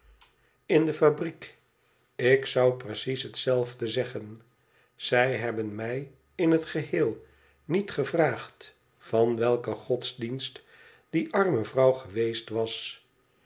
ik zou precies het zelfde zeggen zij hebben mij in het geheel niet gevraagd van welken godsdienst die arme vrouw geweest was